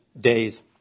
days